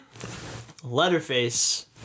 Letterface